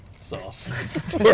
sauce